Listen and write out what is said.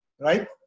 Right